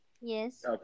Yes